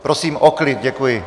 Prosím o klid, děkuji.